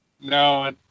No